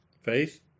Faith